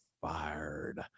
fired